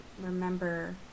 Remember